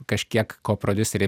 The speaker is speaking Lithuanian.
kažkiek koprodiuseriai